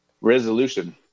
resolution